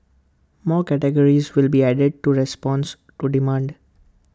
more categories will be added to response to demand